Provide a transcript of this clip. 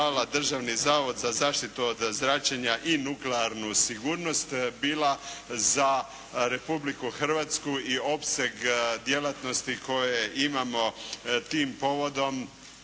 Državni zavod za zaštitu od zračenja i nuklearnu sigurnost bila za Republiku Hrvatsku i opseg djelatnosti koje imamo tim povodom